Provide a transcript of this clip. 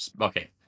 okay